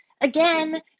Again